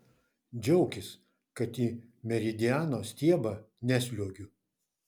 džiaukis kad į meridiano stiebą nesliuogiu